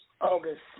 August